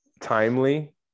timely